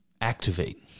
activate